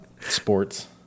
sports